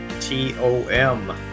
T-O-M